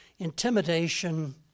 intimidation